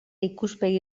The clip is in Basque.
ikuspegi